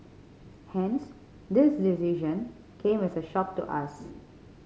hence this decision came as a shock to us